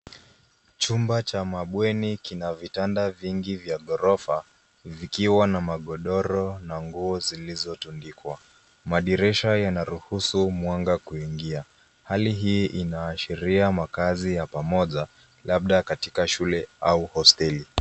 Chumba cha mabweni kuna vitanda vingi vya ghorofa vikiwa na magodoro na nguo zilizotundikwa. Madirisha yanaruhusu mwanga kuingia. Hali hii inaashiria makazi ya pamoja labda katika shule au hosteli.